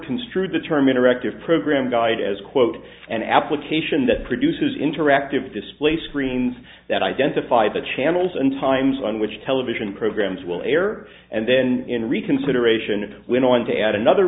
construed the term interactive program guide as quote an application that produces interactive display screens that identify the channels and times on which television programs will air and then in reconsideration we want to add another